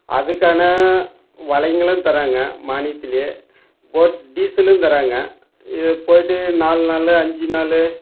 அதுக்கான வலைகளும் தர்றாங்க மானியத்துலேயே போட் டீசலும் தர்றாங்க இது போய்ட்டு நாலு நாள் அஞ்சு நாள்